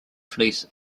fleece